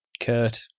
Kurt